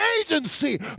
agency